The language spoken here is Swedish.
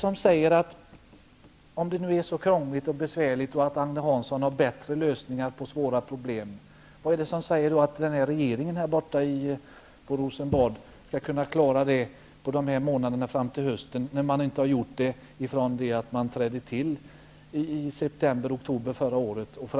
Om allt nu är så krångligt och besvärligt, och Agne Hansson har bättre lösningar på svåra problem, vad är det som säger att regeringen i Rosenbad skall klara att lägga fram ett förslag på månaderna fram till hösten som man inte har klarat sedan tillträdet i oktober förra året?